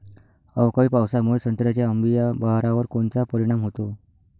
अवकाळी पावसामुळे संत्र्याच्या अंबीया बहारावर कोनचा परिणाम होतो?